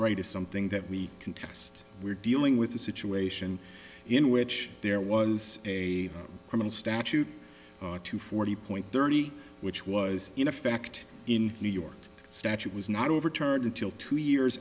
right is something that we contest we're dealing with a situation in which there was a criminal statute to forty point thirty eight which was in effect in new york statute was not overturned until two years